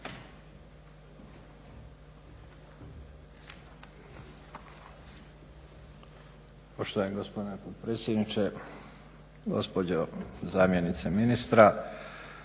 Poštovani gospodine potpredsjedniče, gospođo zamjenice ministra.